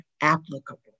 applicable